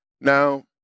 Now